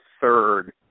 Third